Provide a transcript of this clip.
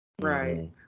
Right